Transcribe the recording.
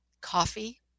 Coffee